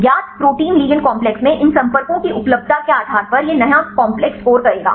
ज्ञात protein ligand complex में इन संपर्कों की उपलब्धता के आधार पर यह नया कॉम्प्लेक्स स्कोर करेगा